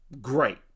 great